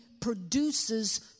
produces